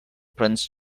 prince